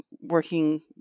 working